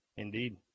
Indeed